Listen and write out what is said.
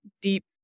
deep